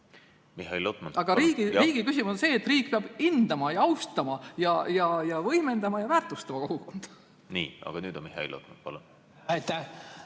Aga riigi küsimus on see, et riik peab hindama, austama, võimendama ja väärtustama kogukonda. Nii. Aga nüüd Mihhail Lotman. Palun!